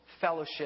fellowship